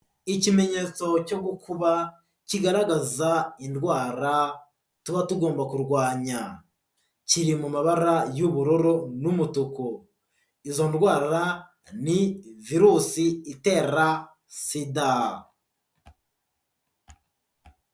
Ikimenyetso cyo gukuba kigaragaza indwara tuba tugomba kurwanya, kiri mu mabara y'ubururu n'umutuku, izo ndwara ni Virusi Itera Sida.